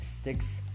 sticks